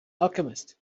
alchemist